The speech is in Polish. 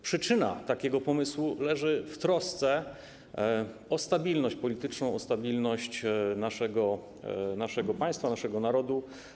Przyczyna takiego pomysłu leży w trosce o stabilność polityczną, o stabilność naszego państwa, naszego narodu.